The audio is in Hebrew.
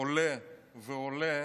עולה ועולה,